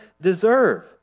deserve